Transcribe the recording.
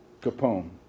Capone